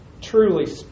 truly